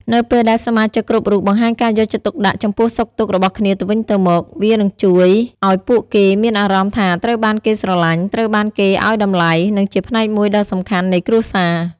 នៅពេលដែលសមាជិកគ្រប់រូបបង្ហាញការយកចិត្តទុកដាក់ចំពោះសុខទុក្ខរបស់គ្នាទៅវិញទៅមក វានឹងជួយឲ្យពួកគេមានអារម្មណ៍ថាត្រូវបានគេស្រឡាញ់ ត្រូវបានគេឲ្យតម្លៃ និងជាផ្នែកមួយដ៏សំខាន់នៃគ្រួសារ។